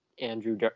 Andrew